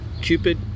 Cupid